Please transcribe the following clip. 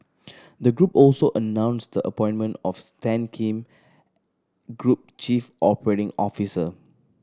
the group also announced the appointment of Stan Kim group chief operating officer